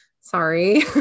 sorry